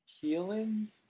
healing